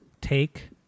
take